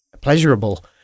pleasurable